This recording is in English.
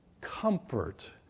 comfort